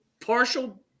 partial